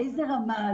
באיזה רמה,